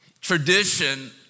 tradition